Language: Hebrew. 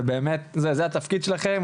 ובאמת, זה התפקיד שלכם.